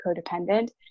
codependent